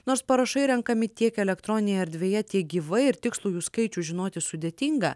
nors parašai renkami tiek elektroninėje erdvėje tiek gyvai ir tikslų jų skaičių žinoti sudėtinga